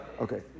Okay